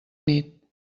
nit